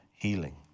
Healing